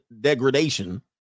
degradation